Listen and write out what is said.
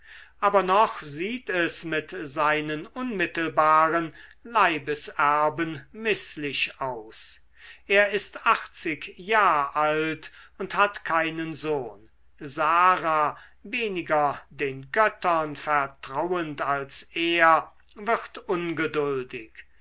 aber noch sieht es mit seinen unmittelbaren leibeserben mißlich aus er ist achtzig jahr alt und hat keinen sohn sara weniger den göttern vertrauend als er wird ungeduldig